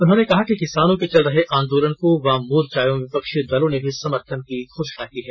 उन्होंने कहा कि किसानों के चल रहे आंदोलन को वाममोर्चा एवं विपक्षी दलों ने भी समर्थन की घोषणा की है